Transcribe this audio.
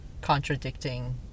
contradicting